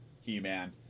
he-man